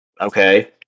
Okay